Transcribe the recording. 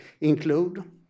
include